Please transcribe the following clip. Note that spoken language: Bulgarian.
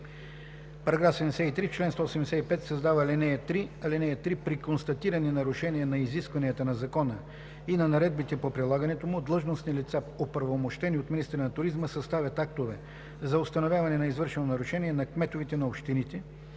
73: „§ 73. В чл. 175 се създава ал. 3: „(3) При констатирани нарушения на изискванията на закона и на наредбите по прилагането му длъжностни лица, оправомощени от министъра на туризма, съставят актове за установяване на извършено нарушение на кметовете на общини.